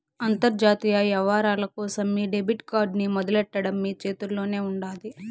అంతర్జాతీయ యవ్వారాల కోసం మీ డెబిట్ కార్డ్ ని మొదలెట్టడం మీ చేతుల్లోనే ఉండాది